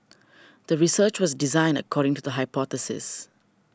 the research was designed according to the hypothesis